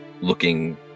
looking